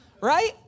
right